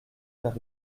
vers